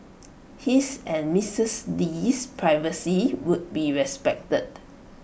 his and misses Lee's privacy would be respected